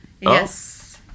yes